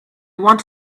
want